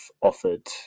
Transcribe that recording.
offered